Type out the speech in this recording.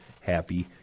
happy